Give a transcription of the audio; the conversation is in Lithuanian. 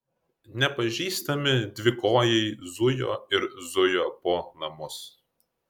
nepažįstami dvikojai zujo ir zujo po namus